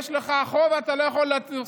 יש לך חוב, ואתה לא יכול לטוס.